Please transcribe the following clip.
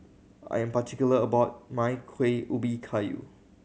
I am particular about my Kueh Ubi Kayu